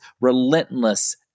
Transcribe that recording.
relentless